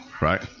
right